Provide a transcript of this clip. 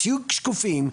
תהיו שקופים.